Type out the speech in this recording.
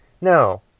No